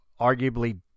arguably